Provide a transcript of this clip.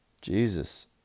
Jesus